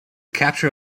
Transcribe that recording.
capture